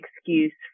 excuse